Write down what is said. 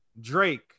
Drake